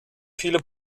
viele